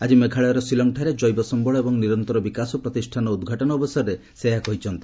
ଆଜି ମେଘାଳୟର ସିଲଙ୍ଗ ଠାରେ ଜୈବ ସମ୍ଭଳ ଏବଂ ନିରନ୍ତର ବିକାଶ ପ୍ରତିଷାନର ଉଦ୍ଘାଟନ ଅବସରରେ ସେ ଏହା କହିଛନ୍ତି